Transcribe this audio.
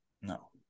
No